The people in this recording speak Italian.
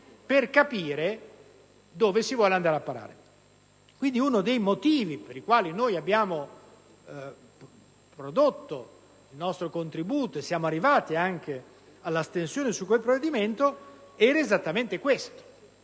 per capire dove si vuole andare a parare. Quindi, uno dei motivi per i quali abbiamo offerto il nostro contributo, arrivando anche ad un voto di astensione su quel provvedimento, era esattamente questo: